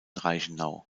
reichenau